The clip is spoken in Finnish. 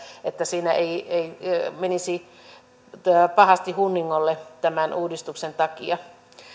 että siinä ei ei mentäisi pahasti hunningolle tämän uudistuksen takia